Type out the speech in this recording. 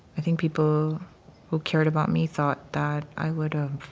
i think people who cared about me thought that i would've